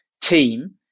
team